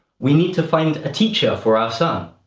we need to find a teacher for our son.